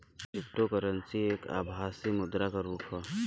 cryptocurrency एक आभासी मुद्रा क रुप हौ